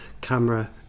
camera